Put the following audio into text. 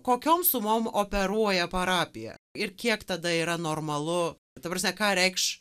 kokiom sumom operuoja parapija ir kiek tada yra normalu ta prasme ką reikš